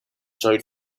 showed